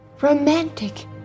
romantic